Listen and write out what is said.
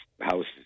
houses